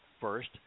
First